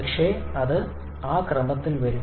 പക്ഷെ അത് ആ ക്രമത്തിൽ മാത്രം വരും